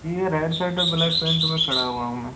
ये red shirt और black pant में खड़ा हुआ हूँ मैं